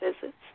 visits